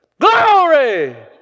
Glory